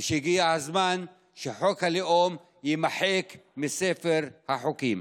ושהגיע הזמן שחוק הלאום יימחק מספר החוקים.